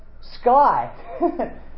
sky